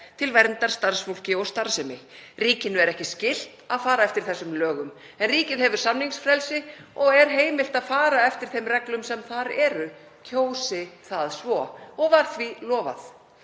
til verndar starfsfólki og starfsemi. Ríkinu er ekki skylt að fara eftir þessum lögum en ríkið hefur samningsfrelsi og er heimilt að fara eftir þeim reglum sem þar eru, kjósi það svo, og var því lofað.